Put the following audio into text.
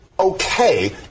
Okay